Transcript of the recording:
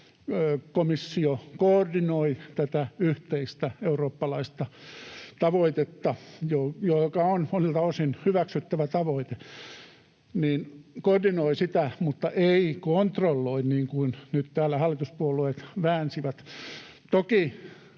komissio koordinoi tätä yhteistä eurooppalaista tavoitetta, joka on monilta osin hyväksyttävä tavoite, mutta ei kontrolloi, niin kuin nyt täällä hallituspuolueet väänsivät.